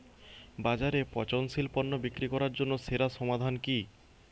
বাজারে পচনশীল পণ্য বিক্রি করার জন্য সেরা সমাধান কি?